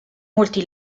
molti